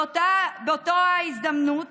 באותה ההזדמנות